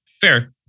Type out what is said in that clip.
Fair